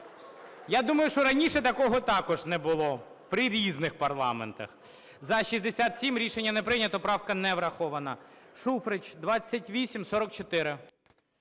Я думаю, що раніше такого також не було. При різних парламентах. 13:12:55 За-67 Рішення не прийнято, правка не врахована. Шуфрич, 2844.